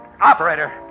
Operator